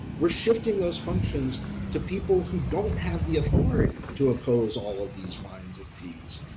we're shifting those functions to people who don't have the authority to oppose all of these fines and fees.